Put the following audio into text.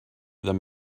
them